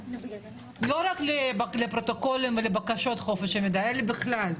לא רק לפרוטוקול ולבקשות חופש המידע, אלא בכלל.